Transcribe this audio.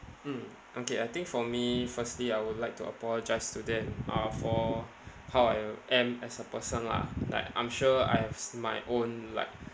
mm okay I think for me firstly I would like to apologise to them uh for how I am as a person lah like I'm sure I have my own like